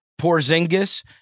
Porzingis